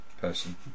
person